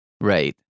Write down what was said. Right